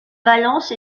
valence